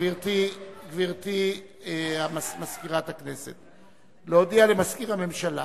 גברתי מזכירת הכנסת, להודיע למזכיר הממשלה